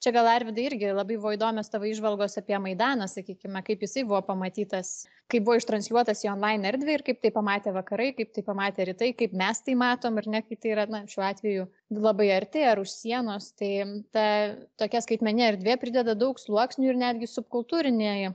čia gal arvydai irgi labai įdomios tavo įžvalgos apie maidaną sakykime kaip jisai buvo pamatytas kaip buvo ištransliuotasį onlain erdvę ir kaip tai pamatė vakarai kaip tai pamatė rytai kaip mes tai matom ir ne kiti yra na šiuo atveju labai arti ar už sienos tai ta tokia skaitmeninė erdvė prideda daug sluoksnių ir netgi subkultūrinėj